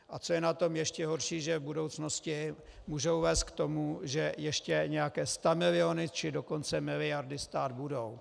A co je na tom ještě horší, že v budoucnosti můžou vést k tomu, že ještě nějaké stamiliony, či dokonce miliardy stát budou.